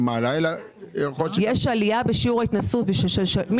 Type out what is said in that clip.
יש עלייה בשיעור ההתנסות של ילדים שלא עישנו,